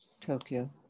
Tokyo